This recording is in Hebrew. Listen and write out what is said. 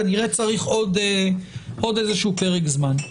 כנראה צריך עוד איזשהו פרק זמן.